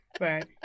right